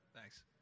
Thanks